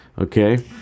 Okay